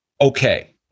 okay